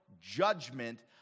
judgment